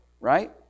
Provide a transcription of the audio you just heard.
right